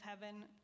heaven